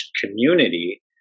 community